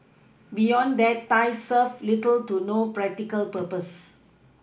beyond that ties serve little to no practical purpose